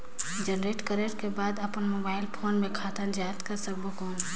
Generate करक कर बाद अपन मोबाइल फोन मे खाता जांच कर सकबो कौन?